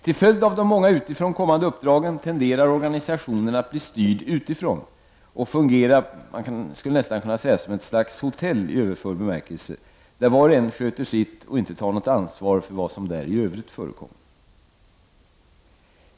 Till följd av de många utifrån kommande uppdragen tenderar organisationen att bli styrd utifrån, och man skulle nästan kunna säga att fungera som ett slags hotell i överförd bemärkelse — var och en sköter sitt och ingen tar något ansvar för vad som där i övrigt förekommer.